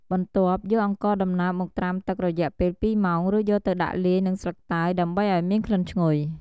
បន្ទាប់យកអង្ករដំណើបមកត្រាំទឹករយៈពេល២ម៉ោង រួចយកដាក់លាយនឹងស្លឹកតើយ ដើម្បីឱ្យមានក្លិនឈ្ងុយ។